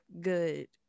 good